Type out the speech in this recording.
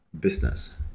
business